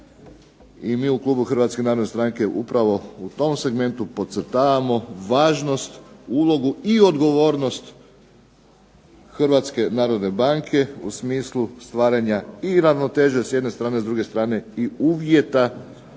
i mi u klubu Hrvatske narodne stranke upravo u tom segmentu podcrtavamo važnost, ulogu i odgovornost Hrvatske narodne banke u smislu stvaranja i ravnoteže s jedne strane, s druge strane i uvjeta